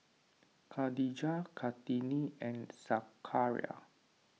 Khadija Kartini and Zakaria